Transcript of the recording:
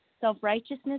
self-righteousness